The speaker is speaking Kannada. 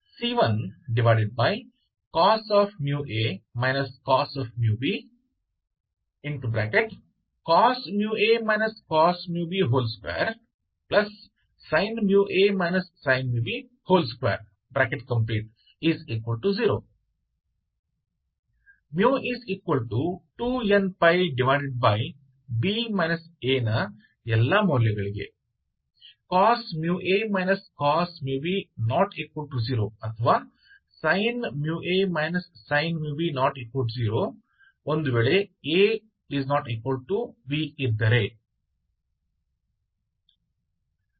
c1cos μa cos μb cos μa cos μb 2sin μa sin μb 20 μ2nπb a ನ ಎಲ್ಲಾ ಮೌಲ್ಯಗಳಿಗೆ cos μa cos μb ≠ 0 ಅಥವಾ sin μa sin μb ≠0 if a≠b